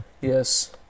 yes